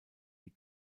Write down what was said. die